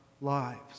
lives